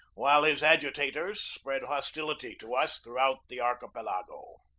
while his agitators spread hostility to us throughout the archipelago.